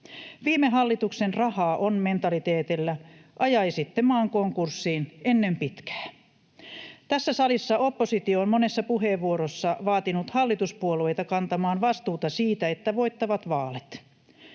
Viime hallituksen ”rahaa on” -mentaliteetillä ajaisitte maan konkurssiin ennen pitkää. Tässä salissa oppositio on monessa puheenvuorossa vaatinut hallituspuolueita kantamaan vastuuta siitä, että voittavat vaalit.